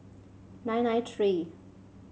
nine nine three